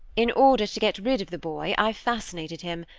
in order to get rid of the boy, i fascinated him,